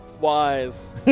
Wise